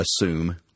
assume